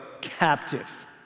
captive